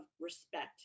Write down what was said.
respect